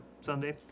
Sunday